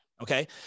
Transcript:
Okay